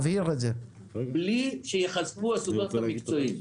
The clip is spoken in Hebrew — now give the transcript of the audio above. בלי שייחשפו הסודות המקצועיים.